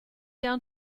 down